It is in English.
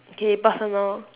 K personal